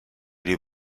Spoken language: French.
les